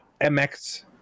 MX